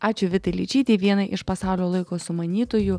ačiū vitai ličytei vienai iš pasaulio laiko sumanytojų